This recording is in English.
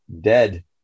dead